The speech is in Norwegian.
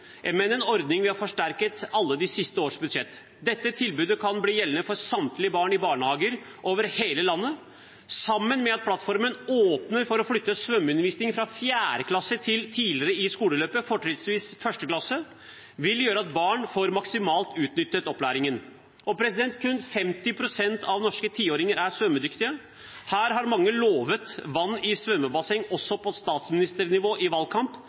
men er en ordning vi har forsterket i alle de siste års budsjett. Dette tilbudet kan bli gjeldende for samtlige barn i barnehager over hele landet. Sammen med at plattformen åpner for å flytte svømmeundervisningen fra 4. klasse til tidligere i skoleløpet, fortrinnsvis 1. klasse, vil det gjøre at barn får maksimalt utnyttet opplæringen. Kun 50 pst. av norske 10-åringer er svømmedyktige. Her har mange lovet vann i svømmebasseng, også på statsministernivå i valgkamp,